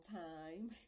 time